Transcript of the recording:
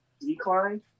decline